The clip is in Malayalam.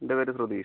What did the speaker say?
എൻ്റെ പേര് സുധീഷ്